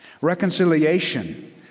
Reconciliation